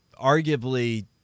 arguably